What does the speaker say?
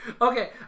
Okay